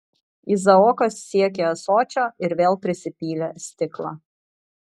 izaokas siekė ąsočio ir vėl prisipylė stiklą